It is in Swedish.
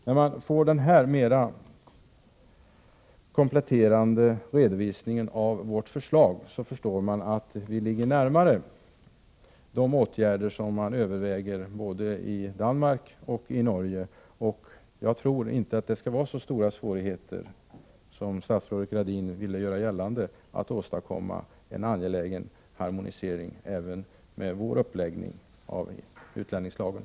När man får denna kompletterande redovisning av vårt förslag förstår man att detta ligger närmare de åtgärder som övervägs både i Danmark och i Norge. Jag tror inte att det med vår uppläggning av utlänningslagen skall vara så stora svårigheter förenade med en angelägen harmonisering på detta område som statsrådet menade skulle vara fallet.